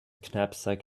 knapsack